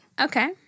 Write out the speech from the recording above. Okay